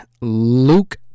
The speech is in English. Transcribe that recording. Luke